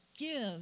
give